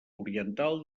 oriental